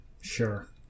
sure